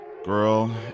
Girl